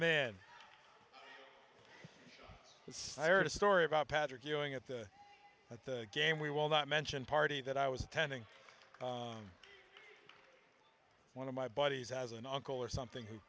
in i heard a story about patrick ewing at the game we will not mention party that i was attending one of my buddies has an uncle or something who